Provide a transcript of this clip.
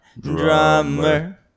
Drummer